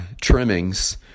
trimmings